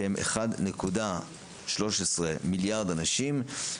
שהם 1.13 מיליארד אנשים.